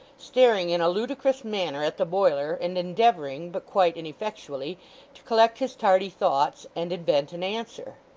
staring in a ludicrous manner at the boiler, and endeavouring, but quite ineffectually, to collect his tardy thoughts, and invent an answer.